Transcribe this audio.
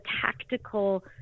tactical